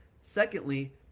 secondly